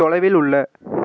தொலைவில் உள்ள